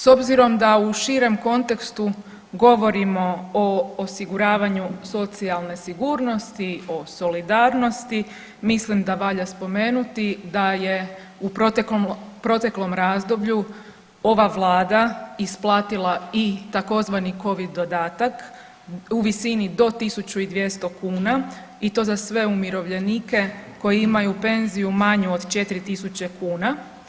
S obzirom da u širem kontekstu govorimo o osiguravanju socijalne sigurnosti, o solidarnosti, mislim da valja spomenuti da je u proteklom razdoblju ova Vlada isplatila i tzv. Covid dodatak u visini do 1.200 kuna i to za sve umirovljenike koji imaju penziju manju od 4.000 kuna.